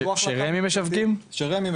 שרשות מקרקעי ישראל משווקים?